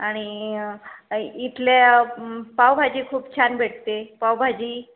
आणि इथल्या पावभाजी खूप छान भेटते पावभाजी